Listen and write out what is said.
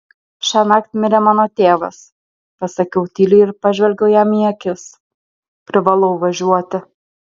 šiąnakt mirė mano tėvas pasakiau tyliai ir pažvelgiau jam į akis privalau važiuoti